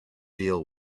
deal